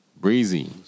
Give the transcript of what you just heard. Breezy